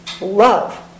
love